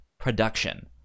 production